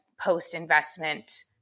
post-investment